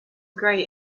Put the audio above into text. grey